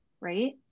right